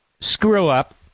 screw-up